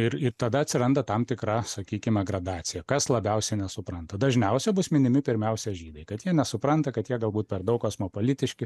ir ir tada atsiranda tam tikra sakykime gradacija kas labiausiai nesupranta dažniausia bus minimi pirmiausia žydai kad jie nesupranta kad jie galbūt per daug kosmopolitiški